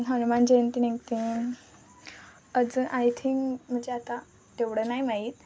हनुमान जयंती निघते अजून I think म्हणजे आता तेवढं नाही माहीत